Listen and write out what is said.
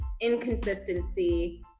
inconsistency